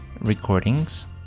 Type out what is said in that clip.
recordings